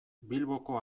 bilboko